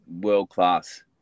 world-class